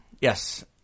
Yes